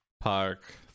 Park